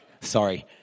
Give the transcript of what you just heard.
Sorry